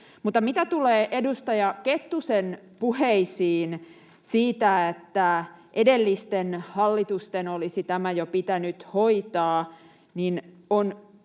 mutta mitä tulee edustaja Kettusen puheisiin siitä, että edellisten hallitusten olisi tämä jo pitänyt hoitaa,